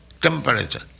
temperature